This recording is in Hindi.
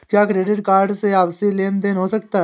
क्या क्रेडिट कार्ड से आपसी लेनदेन हो सकता है?